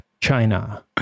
China